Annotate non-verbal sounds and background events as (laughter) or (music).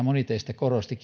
moni teistä korosti (unintelligible)